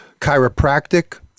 chiropractic